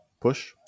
push